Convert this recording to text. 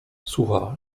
słucha